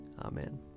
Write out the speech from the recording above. Amen